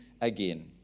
again